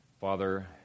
Father